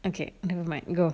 okay nevermind go